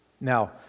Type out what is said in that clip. Now